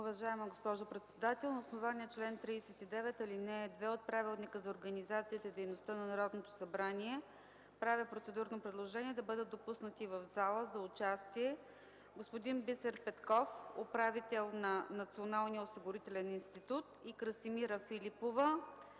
Уважаема госпожо председател, на основание чл. 39, ал. 2 от Правилника за организацията и дейността на Народното събрание правя процедурно предложение в пленарната зала да бъдат допуснати за участие господин Бисер Петков – управител на Националния осигурителен институт, и Красимира Филипова